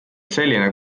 selline